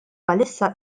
bħalissa